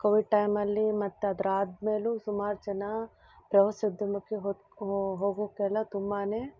Covid ಟೈಮಲ್ಲಿ ಮತ್ತು ಅದಾದ್ ಮೇಲೂ ಸುಮಾರು ಜನ ಪ್ರವಾಸೋದ್ಯಮಕ್ಕೆ ಹೋದ ಹೋ ಹೋಗೋಕ್ಕೆಲ್ಲ ತುಂಬಾ